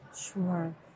Sure